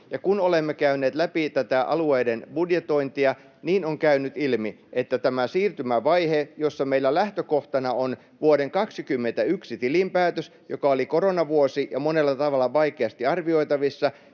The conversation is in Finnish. kun olemme käyneet läpi tätä alueiden budjetointia, niin on käynyt ilmi, että kun tässä siirtymävaiheessa meillä lähtökohtana on vuoden 21 tilinpäätös, joka oli koronavuosi ja monella tavalla vaikeasti arvioitavissa,